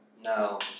No